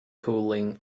cooling